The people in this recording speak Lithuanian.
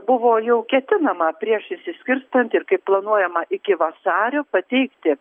buvo jau ketinama prieš išsiskirstant ir kaip planuojama iki vasario pateikti